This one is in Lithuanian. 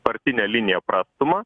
partinę liniją prastuma